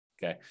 Okay